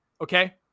okay